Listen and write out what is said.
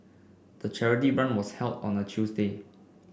the charity run was held on a Tuesday